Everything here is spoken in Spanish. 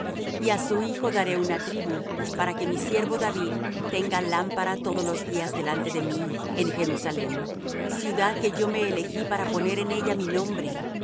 y á su hijo daré una tribu para que mi siervo david tenga lámpara todos los días delante de mí en jerusalem ciudad que yo me elegí para poner en ella mi nombre